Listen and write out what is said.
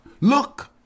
look